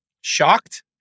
shocked